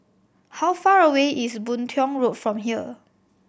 how far away is Boon Tiong Road from here